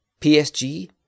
PSG